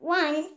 one